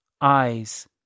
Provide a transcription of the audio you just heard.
Eyes